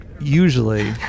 Usually